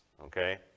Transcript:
okay